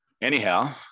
Anyhow